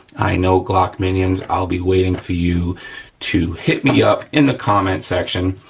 i know, glock minions, i'll be waiting for you to hit me up in the comment section,